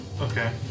Okay